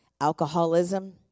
alcoholism